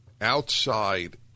outside